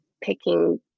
picking